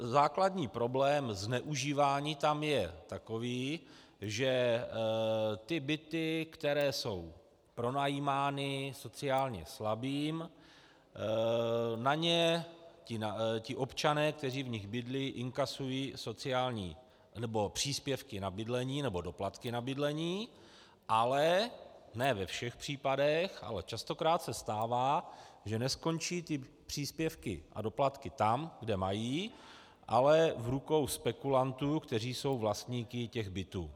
Základní problém zneužívání tam je takový, že ty byty, které jsou pronajímány sociálně slabým, na ně ti občané, kteří v nich bydlí, inkasují příspěvky na bydlení nebo doplatky na bydlení, ale ne ve všech případech, ale častokrát se stává, že neskončí ty příspěvky a doplatky tam, kde mají, ale v rukou spekulantů, kteří jsou vlastníky těch bytů.